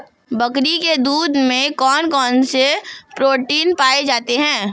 बकरी के दूध में कौन कौनसे प्रोटीन पाए जाते हैं?